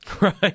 right